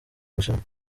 bushinwa